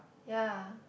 ya